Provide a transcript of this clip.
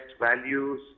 values